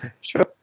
Sure